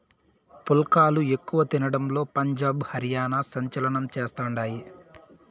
పుల్కాలు ఎక్కువ తినడంలో పంజాబ్, హర్యానా సంచలనం చేస్తండాయి